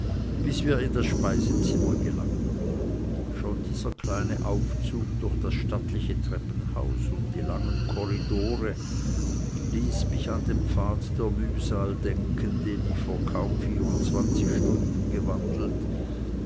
bis wir in das speisezimmer gelangten schon dieser kleine aufzug durch das stattliche treppenhaus und die langen korridore ließ mich an den pfad der mühsal denken den ich vor kaum vierundzwanzig stunden gewandelt